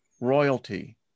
royalty